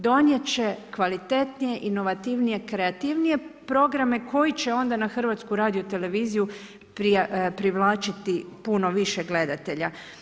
Donijet će kvalitetnije i inovativnije, kreativnije programe koji će onda na HRT privlačiti puno više gledatelja.